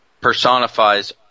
personifies